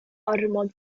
ormod